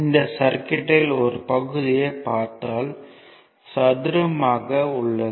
இந்த சர்க்யூட்யில் ஒரு பகுதியைப் பார்த்தால் சதுரம் ஆக உள்ளது